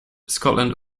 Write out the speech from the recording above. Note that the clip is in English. scotland